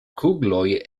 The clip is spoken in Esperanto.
kugloj